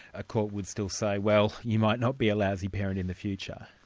a court would still say, well you might not be a lousy parent in the future.